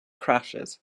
crashes